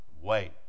wait